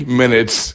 minutes